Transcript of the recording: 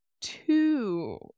two